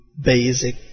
basic